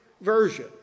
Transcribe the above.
version